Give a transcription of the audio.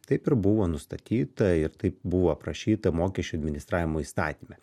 taip ir buvo nustatyta ir taip buvo aprašyta mokesčių administravimo įstatyme